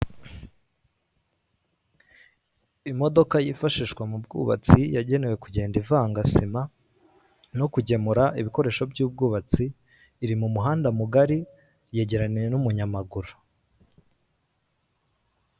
Imodoka yifashishwa mu bwubatsi yagenewe kugenda ivanga sima no kugemura ibikoresho by'ubwubatsi, iri mu muhanda mugari yegeranye n'umunyamaguru.